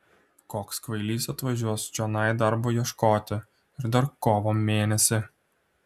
koks kvailys atvažiuos čionai darbo ieškoti ir dar kovo mėnesį